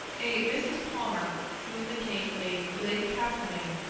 a mrs. palmer, whom the king made lady castlemaine,